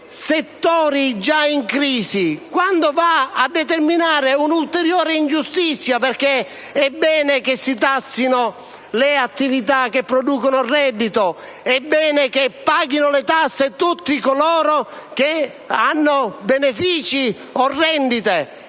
settori già in crisi, determina un'ulteriore ingiustizia. Infatti, è bene che si tassino le attività che producono reddito; è bene che paghino le tasse tutti coloro che hanno benefici o rendite;